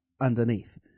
underneath